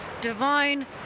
divine